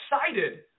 excited